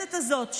המעוותת הזאת,